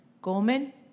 Comen